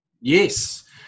Yes